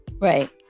right